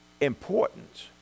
important